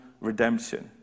redemption